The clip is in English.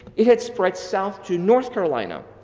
it had spread south to north carolina,